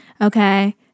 Okay